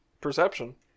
perception